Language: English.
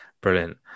Brilliant